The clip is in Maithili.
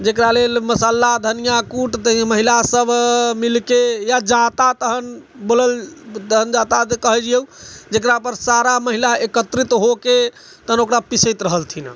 जेकरा लेल मशाला धनिआ कूट दै महिला सब मिलके या जाँता तहन बोलल तहन जाँता कहिऔ जेकरा पर सारा महिला एकत्रित होके तहन ओकरा पीसैत रहलथिन हँ